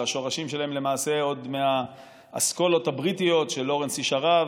שהשורשים שלהם למעשה עוד מהאסכולות הבריטיות של לורנס איש ערב,